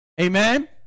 Amen